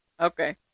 Okay